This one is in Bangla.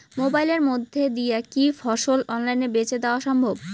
মোবাইলের মইধ্যে দিয়া কি ফসল অনলাইনে বেঁচে দেওয়া সম্ভব?